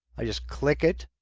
i'll just click it.